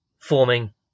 forming